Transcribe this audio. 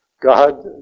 God